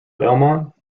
belmont